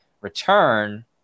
return